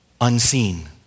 unseen